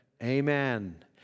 Amen